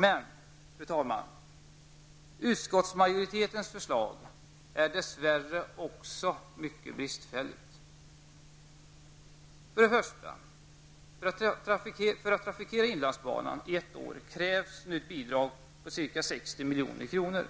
Men, fru talman, utskottsmajoritetens förslag är dess värre också mycket bristfälligt. 1. För att trafikera inlandsbanan ett år krävs ett bidrag på ca 60 milj.kr.